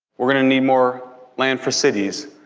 we're going to need more lands for cities,